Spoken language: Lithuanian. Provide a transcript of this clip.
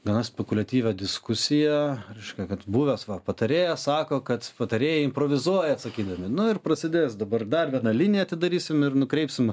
gana spekuliatyvią diskusiją reiškia kad buvęs patarėjas sako kad patarėjai improvizuoja atsakydami nu ir prasidės dabar dar viena linija atidarysim ir nukreipsim